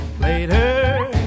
later